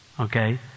Okay